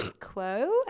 quo